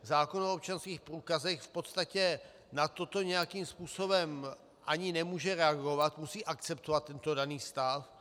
Zákon o občanských průkazech v podstatě na toto nějakým způsobem ani nemůže reagovat, musí akceptovat tento daný stav.